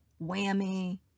whammy